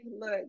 look